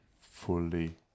fully